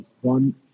one